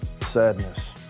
Sadness